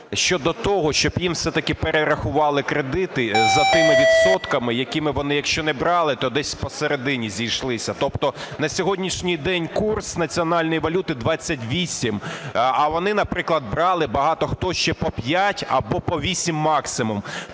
щодо того, щоб їм все-таки перерахували кредити за тими відсотками, якими вони, якщо не брали, то десь посередині зійшлися. Тобто на сьогоднішній день курс національної валюти – 28, а вони, наприклад, брали багато хто ще по 5 або по 8 максимум.